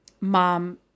mom